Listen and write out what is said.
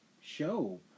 show